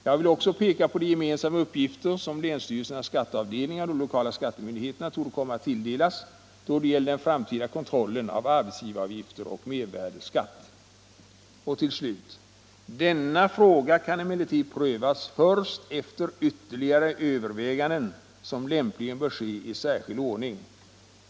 Jag vill också peka på de gemensamma uppgifter som länsstyrelsernas skatteavdelningar och de lokala skattemyndigheterna torde komma att tilldelas då det gäller den framtida kontrollen av arbetsgivaravgifter och mervärdeskatt.” Och till slut: ”Denna fråga kan emellertid prövas först efter ytterligare överväganden som lämpligen bör ske i särskild ordning.